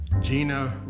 Gina